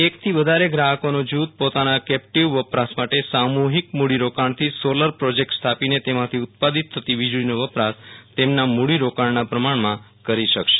એકથી વધારે ગ્રાહકોનું જુથ પોતાના કેપ્ટિવ વપરાશ માટે સામૂહિક મૂડીરોકાણથી સોલર પ્રોજેક્ટ સ્થાપીને તેમાંથી ઉત્પાદિત થતી વીજળીનો વપરાશ તેમના મૂડીરોકાણના પ્રમાણમાં કરી શકશે